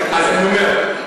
אני אומר,